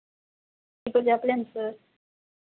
ఇప్పుడు చెప్పలేం సార్